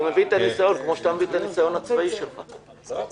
אם העניין הזה לא חשוב לממשלה,